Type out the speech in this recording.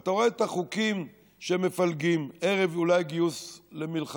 ואתה רואה את החוקים שמפלגים אולי ערב גיוס למלחמה,